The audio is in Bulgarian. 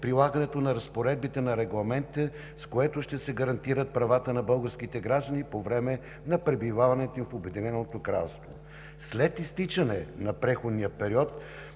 на разпоредбите на регламентите, с което ще се гарантират правата на българските граждани по време на пребиваването им в Обединеното кралство. След изтичане на преходния период